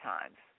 Times